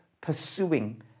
pursuing